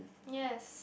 yes